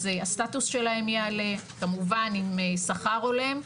אז הסטטוס שלהם יעלה, כמובן עם שכר הולם,